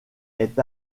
est